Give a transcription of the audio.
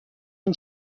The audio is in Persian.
این